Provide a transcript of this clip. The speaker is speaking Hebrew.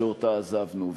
שאותה עזבנו,